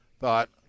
thought